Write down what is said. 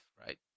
right